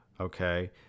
Okay